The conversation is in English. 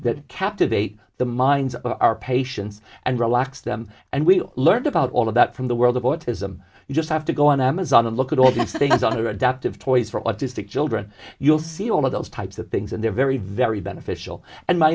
that captivate the minds of our patients and relax them and we learned about all of that from the world of autism you just have to go on amazon and look at all these things are adaptive toys for autistic children you'll see all of those types of things and they're very very beneficial and my